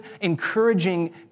encouraging